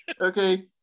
Okay